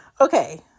Okay